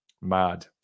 mad